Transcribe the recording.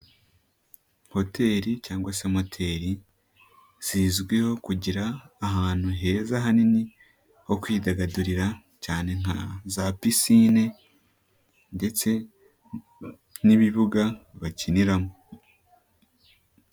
Hoteli cyangwa se moteli zizwiho kugira ahantu heza hanini ho kwidagadurira cyane nka za pisine ndetse n'ibibuga bakiniramo.